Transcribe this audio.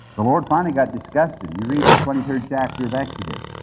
the lord finally got disgusted. you read the twenty third chapter of exodus.